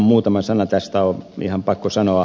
muutama sana tästä on ihan pakko sanoa